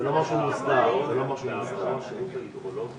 קודם כל בהמשך למה שראינו גם בדוח